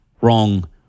wrong